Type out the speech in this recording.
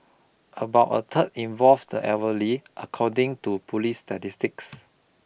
about a third involved the elderly according to police statistics